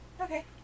Okay